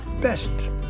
best